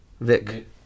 Vic